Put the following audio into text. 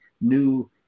new